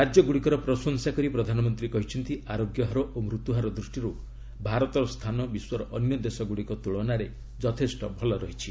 ରାଜ୍ୟଗୁଡ଼ିକର ପ୍ରଶଂସା କରି ପ୍ରଧାନମନ୍ତ୍ରୀ କହିଛନ୍ତି ଆରୋଗ୍ୟ ହାର ଓ ମୃତ୍ୟୁ ହାର ଦୃଷ୍ଟିରୁ ଭାରତର ସ୍ଥାନ ବିଶ୍ୱର ଅନ୍ୟ ଦେଶଗୁଡ଼ିକ ତୁଳନାରେ ଯଥେଷ୍ଟ ଭଲ ରହିଛି